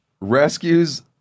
rescues